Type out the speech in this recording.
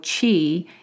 chi